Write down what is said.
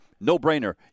no-brainer